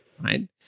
right